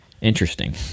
Interesting